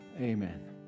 Amen